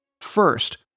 First